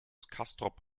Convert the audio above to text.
castrop